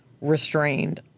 Restrained